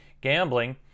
Gambling